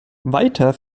weiter